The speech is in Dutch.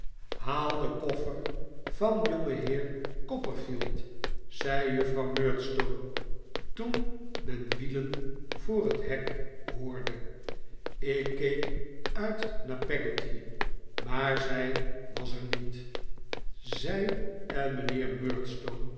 haal den koffer van jongenheer copperfield zei juffrouw murdstone toen men wielen voor het hek hoorde ik keek uit naar peggotty maar zij was er niet zij en mijnheer